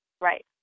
Right